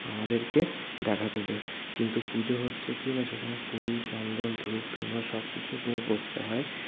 আমাদেরকে দেখা দেবে কিন্তু পুজো হচ্ছে কি না সেখানে ফুল চন্দন ধূপ ধুনো সব কিছু নিয়ে বসতে হয়